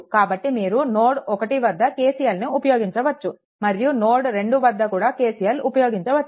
కాబట్టి మీరు నోడ్ 1 వద్ద KCLని ఉపయోగించవచ్చు మరియు నోడ్ 2 వద్ద కూడా KCL ఉపయోగించవచ్చు